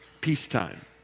peacetime